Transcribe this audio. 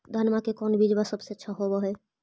धनमा के कौन बिजबा सबसे अच्छा होव है?